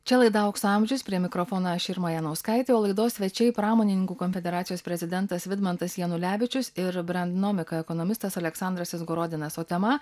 čia laida aukso amžius prie mikrofono aš irma janauskaitė o laidos svečiai pramonininkų konfederacijos prezidentas vidmantas janulevičius ir brendnomika ekonomistas aleksandras izgorodinas o tema